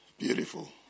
Beautiful